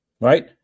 Right